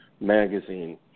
magazine